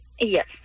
Yes